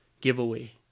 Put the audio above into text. giveaway